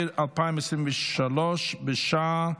נוסיף לפרוטוקול את חבר הכנסת אברהם בצלאל,